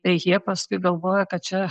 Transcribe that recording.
tai jie paskui galvoja kad čia